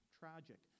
tragic